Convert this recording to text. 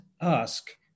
ask